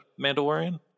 mandalorian